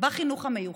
בחינוך המיוחד,